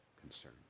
concern